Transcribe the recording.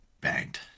banged